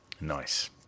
Nice